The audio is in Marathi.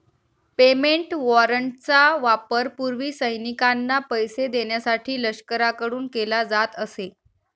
पेमेंट वॉरंटचा वापर पूर्वी सैनिकांना पैसे देण्यासाठी लष्कराकडून केला जात असे